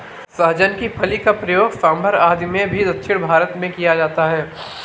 सहजन की फली का प्रयोग सांभर आदि में भी दक्षिण भारत में किया जाता है